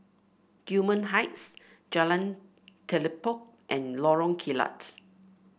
Gillman Heights Jalan Telipok and Lorong Kilat